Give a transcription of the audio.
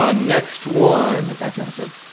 ah next one. and dr. hatchell,